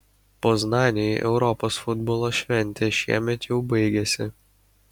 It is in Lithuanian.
poznanei europos futbolo šventė šiemet jau baigėsi